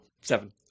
Seven